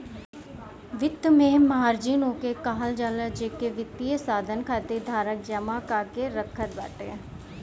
वित्त में मार्जिन ओके कहल जाला जेके वित्तीय साधन खातिर धारक जमा कअ के रखत बाटे